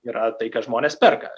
yra tai ką žmonės perka